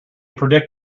predict